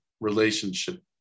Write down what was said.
relationship